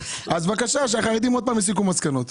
שהחרדים שוב יסיקו מסקנות.